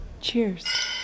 Cheers